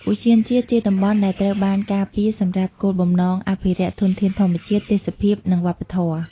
ឧទ្យានជាតិជាតំបន់ដែលត្រូវបានការពារសម្រាប់គោលបំណងអភិរក្សធនធានធម្មជាតិ ទេសភាព និងវប្បធម៌។